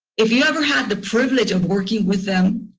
if you ever had the privilege of working with them,